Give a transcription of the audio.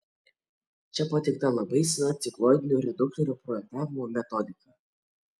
čia pateikta labai sena cikloidinių reduktorių projektavimo metodika